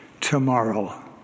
tomorrow